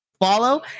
follow